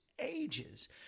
ages